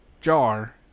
jar